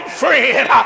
friend